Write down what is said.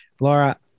Laura